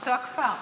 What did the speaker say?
מאותו הכפר.